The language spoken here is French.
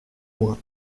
moi